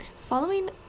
following